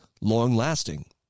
long-lasting